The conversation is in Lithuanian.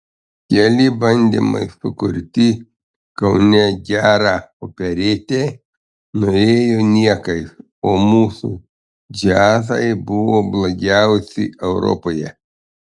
keli bandymai sukurti kaune gerą operetę nuėjo niekais o mūsų džiazai buvo blogiausi europoje